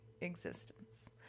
existence